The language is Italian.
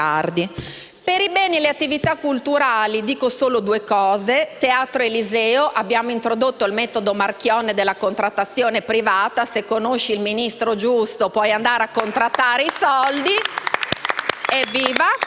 Per i beni e le attività culturali dico solo due cose. Per il Teatro Eliseo abbiamo introdotto il metodo Marchionne della contrattazione privata: se conosci il ministro giusto puoi contrattare sui soldi. Evviva!